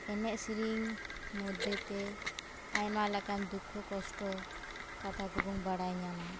ᱮᱱᱮᱡ ᱥᱮᱨᱮᱧ ᱢᱚᱫᱽᱫᱷᱮ ᱛᱮ ᱟᱭᱢᱟ ᱞᱮᱠᱟᱱ ᱫᱩᱠᱠᱷᱚ ᱠᱚᱥᱴᱚ ᱠᱟᱛᱷᱟ ᱠᱚᱵᱚᱱ ᱵᱟᱲᱟᱭ ᱧᱟᱢᱟ